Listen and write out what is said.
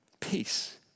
Peace